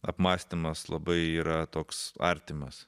apmąstymas labai yra toks artimas